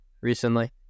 recently